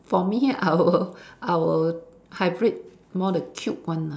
for me I will I will hybrid more the cute one ah